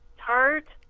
tart.